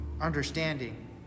understanding